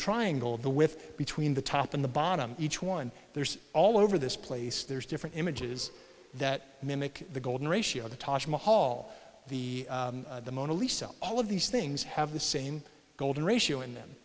triangle the with between the top and the bottom each one there's all over this place there's different images that mimic the golden ratio the taj mahal all the the mona lisa all of these things have the same golden ratio in them